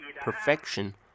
perfection